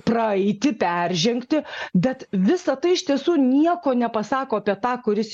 praeiti peržengti bet visa tai iš tiesų nieko nepasako apie tą kuris